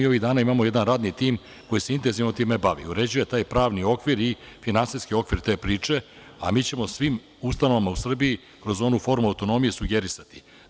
Ovih dana mi imamo jedan radni tim koji se intenzivno time bavi, uređuje taj pravni i finansijski okvir te priče, a mi ćemo svim ustanovama u Srbiji, kroz onu formu autonomije, sugerisati.